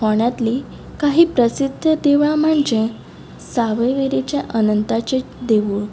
फोंड्यांतलीं कांय प्रसिद्द देवळां म्हणजे सावयवेरेचें अनंताचें देवूळ